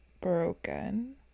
broken